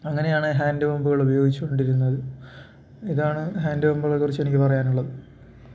അങ്ങനെയാണ് ഹാൻ്റ് പമ്പുകൾ ഉപയോഗിച്ചുകൊണ്ടിരുന്നത് ഇതാണ് ഹാൻ്റ് പമ്പുകളെക്കുറിച്ച് എനിക്ക് പറയാനുള്ളത്